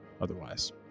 otherwise